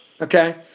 Okay